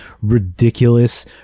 ridiculous